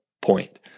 point